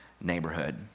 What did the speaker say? neighborhood